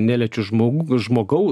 neliečiu žmogu žmogau